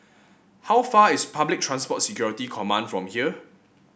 how far is Public Transport Security Command from here